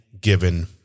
given